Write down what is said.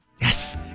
Yes